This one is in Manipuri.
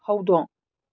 ꯍꯧꯗꯣꯡ